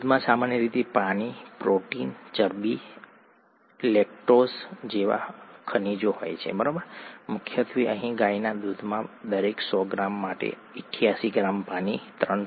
દૂધમાં સામાન્ય રીતે પાણી પ્રોટીન ચરબી લેક્ટોઝ ખનિજો હોય છે મુખ્યત્વે અહીં ગાયના દૂધમાં દરેક સો ગ્રામ માટે 88 ગ્રામ પાણી 3